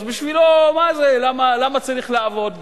אז למה צריך לעבוד בכלל.